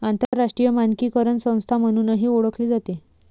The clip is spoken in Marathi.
आंतरराष्ट्रीय मानकीकरण संस्था म्हणूनही ओळखली जाते